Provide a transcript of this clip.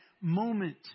moment